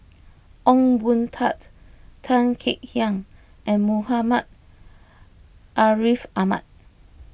Ong Boon Tat Tan Kek Hiang and Muhammad Ariff Ahmad